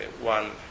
one